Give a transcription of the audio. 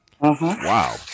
Wow